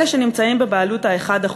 אלה שנמצאים בבעלות ה-1%,